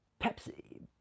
Pepsi